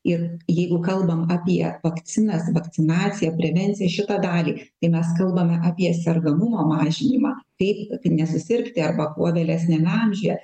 ir jeigu kalbam apie vakcinas vakcinaciją prevenciją šitą dalį tai mes kalbame apie sergamumo mažinimą kaip nesusirgti arba o vėlesniame amžiuje